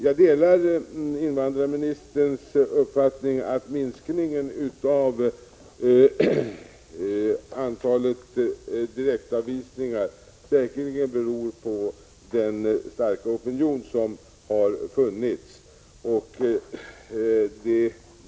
Jag delar invandrarministerns uppfattning att minskningen av antalet direktavvisningar säkerligen beror på den starka opinion som har funnits.